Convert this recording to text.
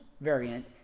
variant